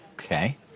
Okay